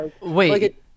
Wait